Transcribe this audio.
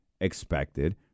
expected